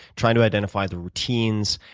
trying to identify their routines,